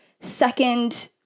second